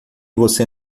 você